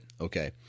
Okay